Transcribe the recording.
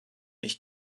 ich